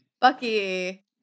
Bucky